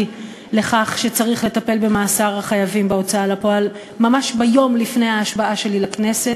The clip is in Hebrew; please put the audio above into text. הצעת החוק להסדרת פעילות חברות דירוג האשראי עברה בקריאה שלישית.